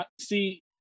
See